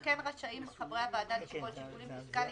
כן רשאים חברי הוועדה לשקול שיקולים פיסקליים,